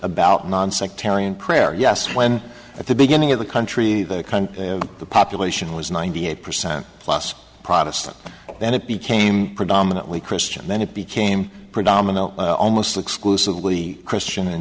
about nonsectarian prayer yes when at the beginning of the country the kind of the population was ninety eight percent plus protestant and it became predominantly christian then it became predominant almost exclusively christian and